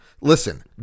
Listen